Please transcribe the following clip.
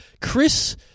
Chris